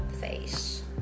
face